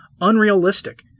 unrealistic